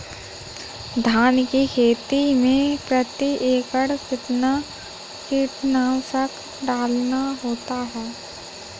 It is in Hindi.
धान की खेती में प्रति एकड़ कितना कीटनाशक डालना होता है?